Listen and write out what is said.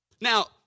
Now